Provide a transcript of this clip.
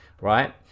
right